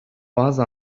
bazı